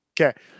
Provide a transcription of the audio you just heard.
Okay